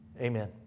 Amen